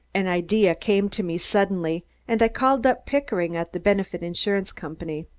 an idea came to me suddenly and i called up pickering at the benefit insurance company.